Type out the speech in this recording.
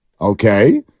okay